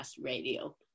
radio